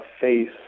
face